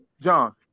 John